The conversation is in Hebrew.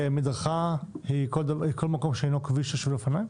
מדרכה היא כל מקום שאינו כביש או שביל אופניים?